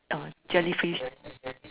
uh jellyfish